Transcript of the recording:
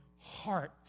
heart